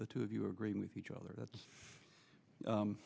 the two of you agree with each other that's